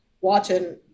watching